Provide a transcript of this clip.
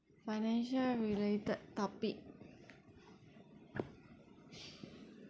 financial related topic